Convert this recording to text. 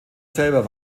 selber